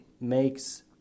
makes